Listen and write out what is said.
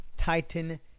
Titan